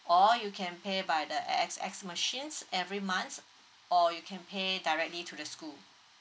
or you can pay by the A_X_S machine every months or you can pay directly to the school